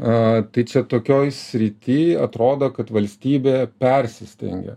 a tai čia tokioj srityj atrodo kad valstybė persistengia